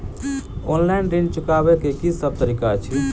Online ऋण चुकाबै केँ की सब तरीका अछि?